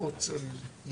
שכונת אלמדולה